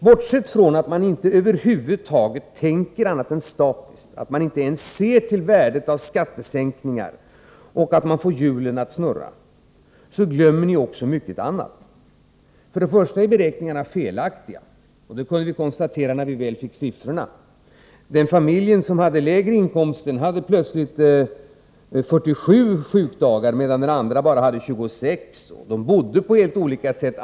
Bortsett från att ni över huvud taget inte tänker annat än statiskt, att ni inte ens ser till värdet av skattesänkningar och av att man får hjulen att snurra, glömmer ni också mycket annat. Beräkningarna är felaktiga. Det kunde vi konstatera när vi väl fick siffrorna. Den familj som hade den lägre inkomsten hade plötsligt 47 sjukdagar, medan den andra bara hade 26. De bodde på helt olika sätt.